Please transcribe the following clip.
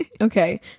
Okay